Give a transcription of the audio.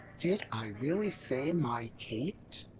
did i really say my kate?